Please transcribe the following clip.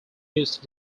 use